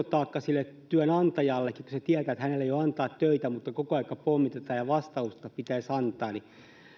iso taakka sille työnantajallekin kun hän tietää että hänellä ei ole antaa töitä mutta koko ajan pommitetaan ja vastausta pitäisi antaa